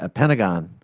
ah pentagon,